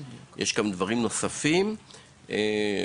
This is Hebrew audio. אלא יש גם דברים נוספים שקשורים לכך,